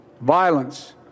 violence